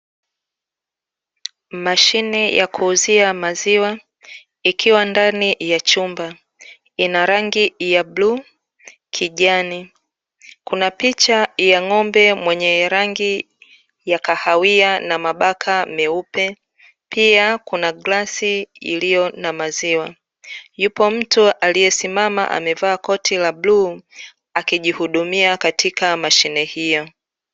Mashine ya kuuzia maziwa ikiwa ndani ya chumba. Ina rangi ya bluu-kijani, kuna picha ya ng'ombe mwenye rangi ya kahawia na mabaka meupe, pia kuna glasi iliyo na maziwa. Yupo mtu aliyesimama amevaa koti la bluu akijihudumia katika mashine hiyo.